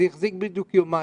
זה החזיק בדיוק יומיים,